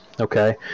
okay